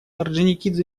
орджоникидзе